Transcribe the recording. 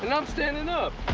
and i'm standing up.